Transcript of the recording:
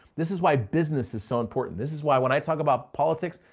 this is why business is so important. this is why when i talk about politics,